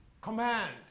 command